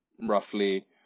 roughly